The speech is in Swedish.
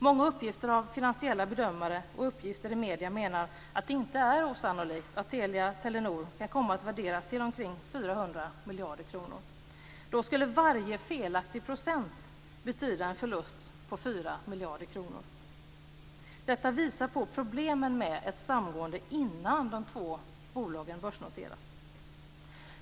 Många uppgifter av finansiella bedömare och uppgifter i medier menar att det inte är osannolikt att Telia/Telenor kan komma att värderas till omkring 400 miljarder kronor. Då skulle varje felaktig procent betyda en förlust på 4 miljarder kronor. Detta visar på problemen med ett samgående innan de två bolagen börsnoterats.